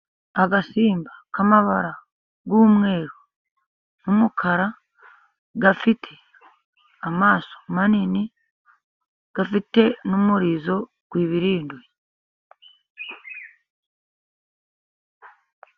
Agasimba k'amabara y'umweru n'umukara, gafite amaso manini. Gafite n'umurizo wibirinduye.